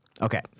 okay